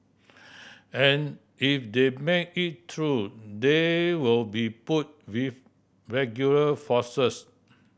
and if they make it through they will be put with regular forces